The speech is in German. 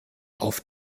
auf